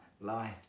Life